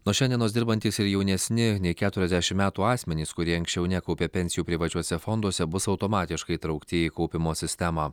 nuo šiandienos dirbantys ir jaunesni nei keturiasdešim metų asmenys kurie anksčiau nekaupė pensijų privačiuose fonduose bus automatiškai įtraukti į kaupimo sistemą